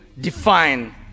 define